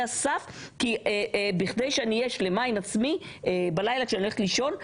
הסף כדי שאני אהיה שלמה עם עצמי בלילה כשאני הולכת לישון.